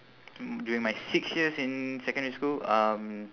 mm during my six years in secondary school um